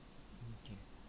okay